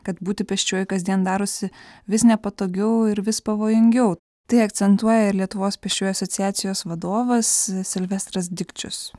kad būti pėsčiuoju kasdien darosi vis nepatogiau ir vis pavojingiau tai akcentuoja ir lietuvos pėsčiųjų asociacijos vadovas silvestras dikčius